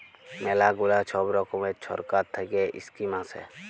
ম্যালা গুলা ছব রকমের ছরকার থ্যাইকে ইস্কিম আসে